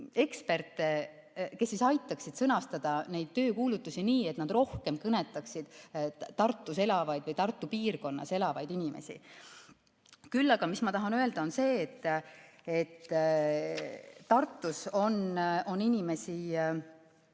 eksperte, kes aitaksid sõnastada töökuulutusi nii, et need rohkem kõnetaksid Tartus või Tartu piirkonnas elavaid inimesi. Samas ma tahan öelda, et Tartus on inimesi,